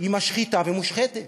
היא משחיתה ומושחתת.